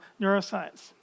neuroscience